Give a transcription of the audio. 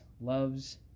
loves